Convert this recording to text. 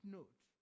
note